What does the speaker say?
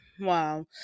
Wow